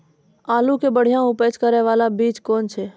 आलू के बढ़िया उपज करे बाला बीज कौन छ?